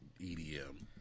EDM